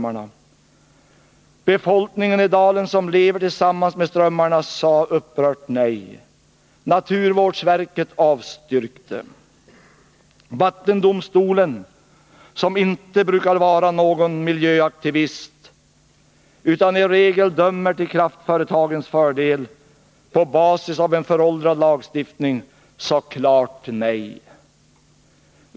Befolkningen i dalen, som lever tillsammans med strömmarna, sa upprört nej. Vattendomstolen, som inte brukar vara någon miljöaktivist utan i regel dömer till kraftföretagens fördel på basis av en föråldrad lagstiftning, sa klart nej.